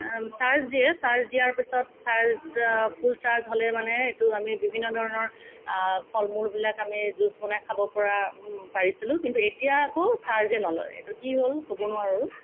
charge দিয়ে charge দিয়াৰ পিছত চাৰ্জ ফুল চাৰ্জ হ'লে মানে এইটো আমি বিভিন্ন ধৰণৰ ফল মূলবিলাক আমি জুইচ বনাই খাব পৰা পাৰিছিলোঁ কিন্তু এতিয়া আকৌ চাৰ্জেই নলয় এইটো কি হ'ল ক'ব নোৱাৰোঁ